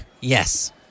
Yes